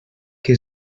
que